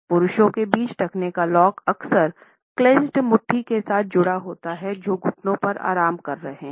पुरुषों के बीच टखने का लॉक अक्सर क्लेन्चेड मुट्ठी के साथ जोड़ा जाता है जो घुटनों पर आराम कर रहे हैं